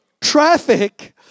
Traffic